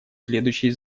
следующие